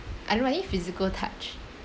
physical touch